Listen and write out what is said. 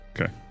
Okay